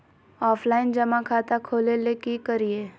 Offline जमा खाता खोले ले की करिए?